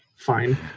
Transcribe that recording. fine